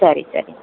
ಸರಿ ಸರಿ